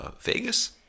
Vegas